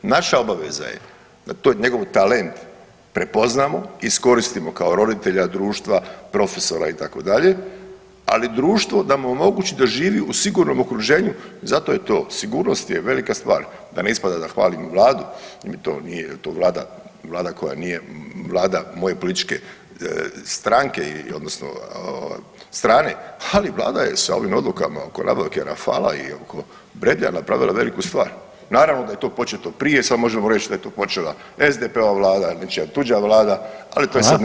Naša obaveza je da taj njegov talent prepoznamo, iskoristimo kao roditelja društva, profesora itd., ali društvo da mu omogući da živi u sigurnom okruženju i zato je sigurnost je velika stvar, da ne ispada da hvalimo Vladu, to nije to Vlada, Vlada koja nije Vlada moje političke stranke i odnosno strane, ali Vlada je sa ovim odlukama oko nabavke Rafala i oko Bradleya napravila veliku stvar. naravno da je to početo prije, sad možemo reć da je to počela SDP-ova vlada ili nečija tuđa vlada, ali to je sad nevažno.